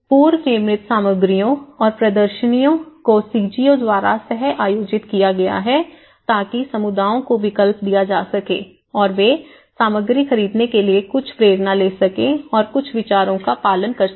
पूर्वनिर्मित सामग्रियों और प्रदर्शनी को सीजीओ द्वारा सह आयोजित किया गया है ताकि समुदायों को विकल्प दिया जा सके और वे सामग्री खरीदने के लिए कुछ प्रेरणा ले सकें और कुछ विचारों का पालन कर सकें